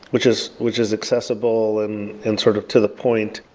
which is which is accessible and and sort of to the point.